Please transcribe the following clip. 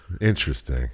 Interesting